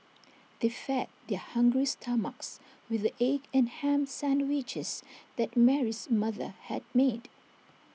they fed their hungry stomachs with the egg and Ham Sandwiches that Mary's mother had made